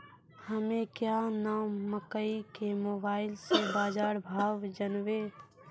हमें क्या नाम मकई के मोबाइल से बाजार भाव जनवे?